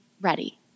ready